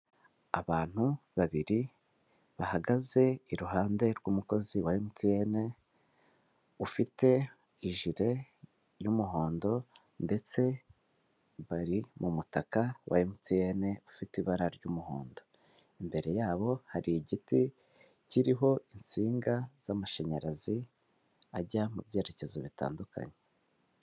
Abantu babiri bahagaze iruhande rw'umukozi wa MTN, ufite ijire y'umuhondo ndetse bari mu mutaka wa MTN ufite ibara ry'umuhondo. Imbere yabo hari igiti kiriho insinga z'amashanyarazi, ajya mu byerekezo bitandukanye.